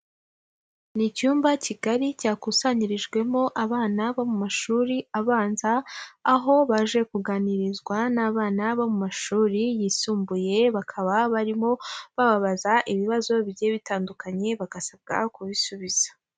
Ni icyumba kigari cyakusanyirijwemo abana bo mu mashuri abanza, aho baje kuganirizwa n'abana bo mu mashuri yisumbuye, bakaba barimo bababaza ibibazo bigiye bitandukanye bagasabwa kubisubiza.